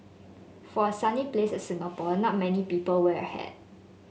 for a sunny place Singapore not many people wear a hat